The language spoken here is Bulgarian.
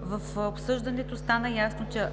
В осъждането стана ясно, че